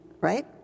right